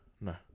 no